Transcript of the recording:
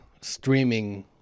streaming